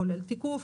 כולל תיקוף,